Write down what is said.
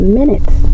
minutes